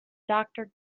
doctor